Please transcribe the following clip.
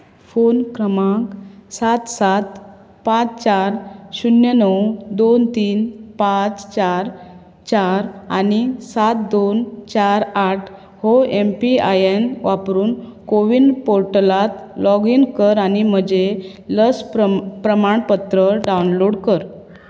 phone क्रमांक सात सात पांच चार शून्य णव दोन तीन पांच चार चार आनी सात दोन चार आठ हो एम पी आय एन वापरून कोविन पोर्टलांत लॉग इन कर आनी म्हजें लस प्रमाणपत्र डावनलोड कर